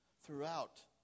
throughout